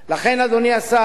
לכן, אדוני השר,